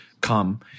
come